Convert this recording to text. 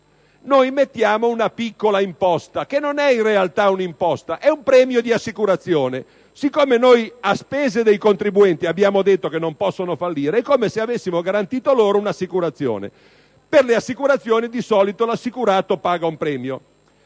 mettiamo una piccola imposta, che non è in realtà un'imposta, ma è un premio di assicurazione. Poiché noi, infatti, a spese dei contribuenti, abbiamo detto loro che non possono fallire, è come se avessimo garantito loro un'assicurazione. Per le assicurazioni di solito l'assicurato paga un premio.